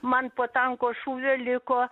man po tanko šūvio liko